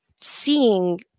seeing